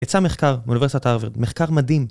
יצא מחקר מאוניברסיטת הארוורד, מחקר מדהים.